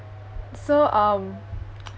so um